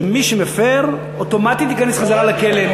שמי שמפר, אוטומטית ייכנס חזרה לכלא.